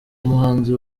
umuhanzi